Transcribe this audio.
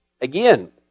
Again